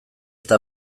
eta